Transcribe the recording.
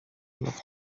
love